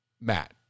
Matt